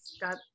Got